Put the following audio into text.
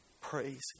Praise